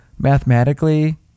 Mathematically